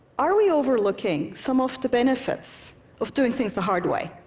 are we overlooking some of the benefits of doing things the hard way?